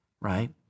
right